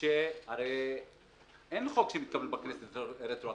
הרי אין חוק שמתקבל בכנסת רטרואקטיבית.